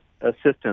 assistance